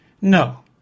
No